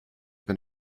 been